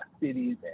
cities